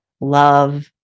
love